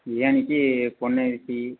பிரியாணிக்கு பொன்னி அரிசி